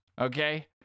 okay